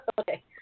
Okay